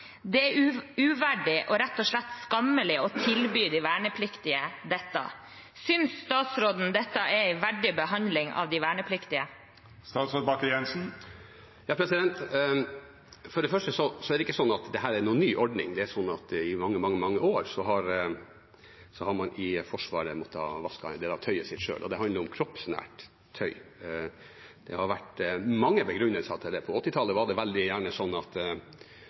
Det er klart at dette går ut over hviletid og beredskap, og ikke minst utgjør smittefare. Det er uverdig, rett og slett skammelig, å tilby de vernepliktige dette. Synes statsråden dette er verdig behandling av de vernepliktige?» For det første er det ikke sånn at dette er en ny ordning. Det har vært sånn i mange, mange år at man i Forsvaret har måttet vaske en del av tøyet sitt selv. Det handler om kroppsnært tøy. Det har vært mange begrunnelser for det. På 1980-tallet var det sånn at